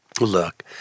Look